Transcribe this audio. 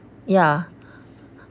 ya